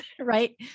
right